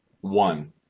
one